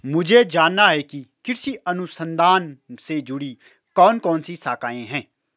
मुझे जानना है कि कृषि अनुसंधान से जुड़ी कौन कौन सी शाखाएं हैं?